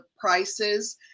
prices